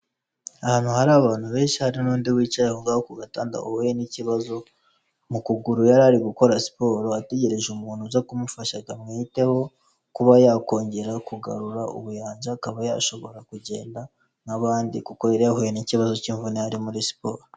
Ahantu hari abantu benshi hari n'undi wicaye aho ngaho ku gatanda wahuye n'ikibazo mu kuguru yariri gukora siporo ategereje umuntu uza kumufasha akamwiteho, kuba yakongera kugarura ubuyanja akaba yashobora kugenda, nk'abandi kuko yari yahuye n'ikibazo cy'imvune yari muri siporo.